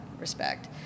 respect